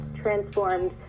transformed